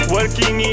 Working